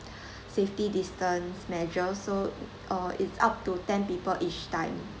safety distance measure so uh it's up to ten people each time